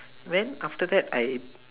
then after that I